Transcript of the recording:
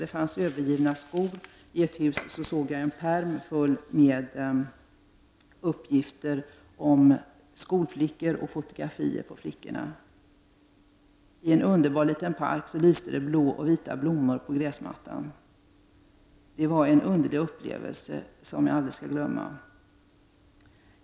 Vi hittade övergivna skor, och i ett hus såg jag en pärm full med uppgifter om och fotografier på skolflickor. I en underbar liten park lyste blå och vita blommor på gräsmattan. Det var en underlig upplevelse som jag aldrig skall glömma.